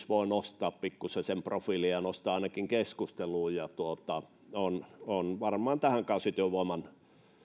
voi nostaa pikkuisen sen profiilia ja nostaa ainakin keskusteluun ja se on varmaan tämän kausityövoiman